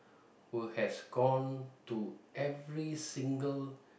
who has gone to every single